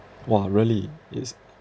!wah! really is